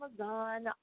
Amazon